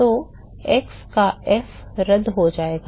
तो x का f रद्द हो जाएगा